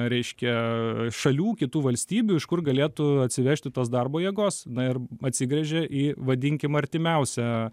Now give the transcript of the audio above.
reiškia šalių kitų valstybių iš kur galėtų atsivežti tos darbo jėgos na ir atsigręžia į vadinkim artimiausią